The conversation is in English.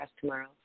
tomorrow